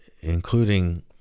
including